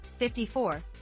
54